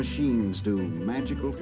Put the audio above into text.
machines doing magical